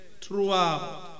throughout